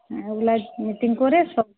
হ্যাঁ মিটিং করে সব